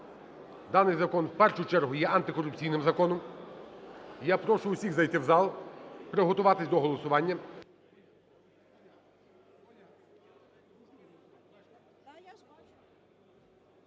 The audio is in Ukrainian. Даний закон в першу чергу є антикорупційним законом. Я прошу всіх зайти в зал, приготуватись до голосування.